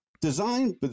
design